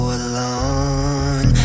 alone